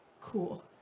cool